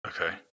Okay